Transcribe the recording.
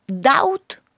doubt